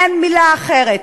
אין מילה אחרת.